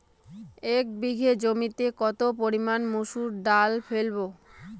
এক বিঘে জমিতে কত পরিমান মুসুর ডাল ফেলবো?